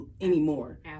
anymore